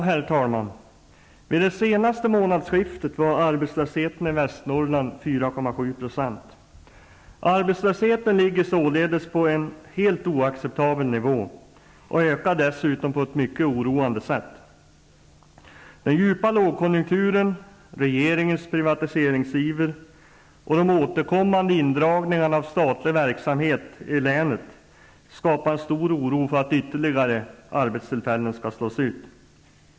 Herr talman! Vid det senaste månadsskiftet var arbetslösheten i Västernorrland 4,7 %. Arbetslösheten ligger således på en helt oacceptabel nivå och ökar dessutom på ett mycket oroande sätt. Den djupa lågkonjunkturen, regeringens privatiseringsiver och de återkommande indragningarna av statlig verksamhet i länet skapar stor oro för att ytterligare arbetstillfällen skall försvinna.